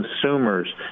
consumers